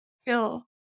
feel